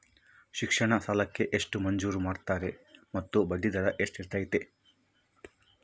ಶಿಕ್ಷಣ ಸಾಲಕ್ಕೆ ಎಷ್ಟು ಮಂಜೂರು ಮಾಡ್ತೇರಿ ಮತ್ತು ಬಡ್ಡಿದರ ಎಷ್ಟಿರ್ತೈತೆ?